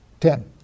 Ten